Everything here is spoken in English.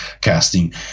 casting